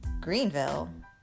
Greenville